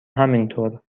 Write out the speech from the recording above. همینطور